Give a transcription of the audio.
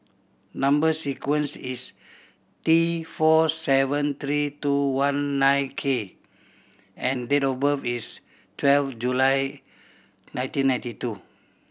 number sequence is T four seven three two one nine K and date of birth is twelve July nineteen ninety two